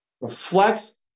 reflects